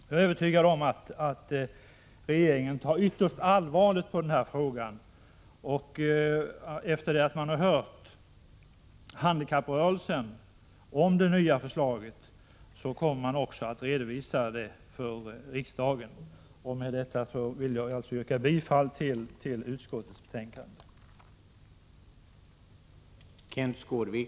Jag är övertygad om att regeringen tar ytterst allvarligt på den här frågan. Efter det att man har hört handikapprörelsen om det nya förslaget kommer man att redovisa det för riksdagen. Med detta yrkar jag bifall till utskottets hemställan.